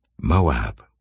Moab